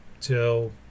till